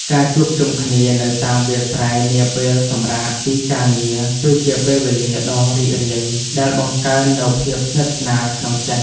ការជួបជុំគ្នានៅតាមវាលស្រែនាពេលសម្រាកពីការងារគឺជាពេលវេលាដ៏រីករាយដែលបង្កើននូវភាពស្និទ្ធស្នាលក្នុងចិត្ត។